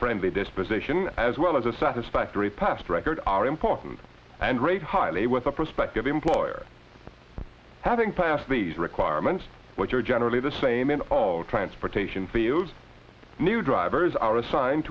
friendly disposition as well as a satisfactory past record are important and great highly with a prospective employer having passed these requirements which are generally the same in all transportation fields new drivers are assigned